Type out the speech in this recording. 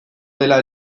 dela